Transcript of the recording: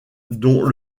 dont